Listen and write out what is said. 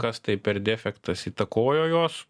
kas tai per defektas įtakojo jos